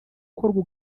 ukorwa